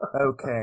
Okay